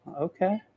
okay